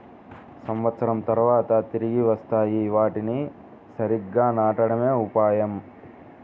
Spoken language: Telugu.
సంవత్సరం తర్వాత తిరిగి వస్తాయి, వాటిని సరిగ్గా నాటడమే ఉపాయం